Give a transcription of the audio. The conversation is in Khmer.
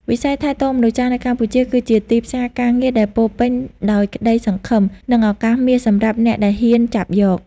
វិស័យថែទាំមនុស្សចាស់នៅកម្ពុជា គឺជាទីផ្សារការងារដែលពោរពេញដោយក្តីសង្ឃឹម និងឱកាសមាសសម្រាប់អ្នកដែលហ៊ានចាប់យក។